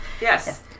Yes